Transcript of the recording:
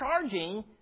charging